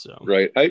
right